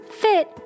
fit